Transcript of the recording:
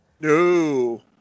No